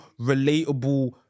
relatable